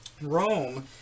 rome